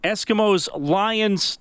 Eskimos-Lions